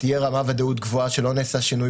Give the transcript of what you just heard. תהיה רמת ודאות גבוהה שלא נעשה שינוי